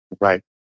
Right